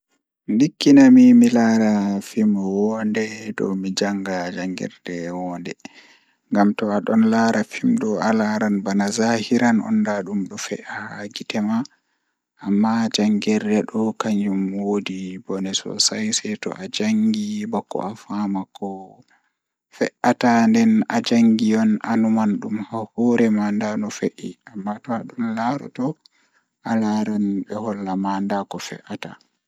Ndikkinami mi laari fim woonde dow mi janga deftere ngam to adon laara fim do alaran bana zahiran on ndaadum dum don fe'a haa yeeso ma, Amma jangirde bo kanjum woodi bone masin seito ajangi bako afaama ko fe'ata nden to ajangi anuman on e hoore ma nda ko fe'e amma to adon laaroto be hollete nda ko fe'ata.